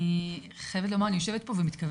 אני חייבת לומר שאני יושבת פה ומתכווצת